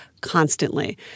constantly